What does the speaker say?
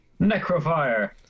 Necrofire